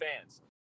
fans